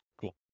Cool